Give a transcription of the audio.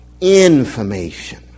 information